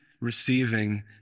receiving